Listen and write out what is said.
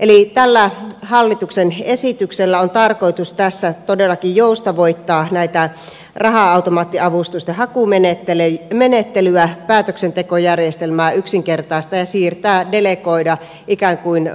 eli tällä hallituksen esityksellä on tarkoitus tässä todellakin joustavoittaa raha automaattiavustusten hakumenettelyä päätöksentekojärjestelmää yksinkertaistaa ja siirtää delegoida ikään kuin